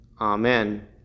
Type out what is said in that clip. Amen